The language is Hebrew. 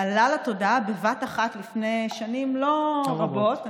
עלה לתודעה בבת אחת לפני שנים לא רבות,